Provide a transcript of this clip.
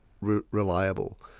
reliable